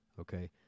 Okay